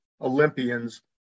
Olympians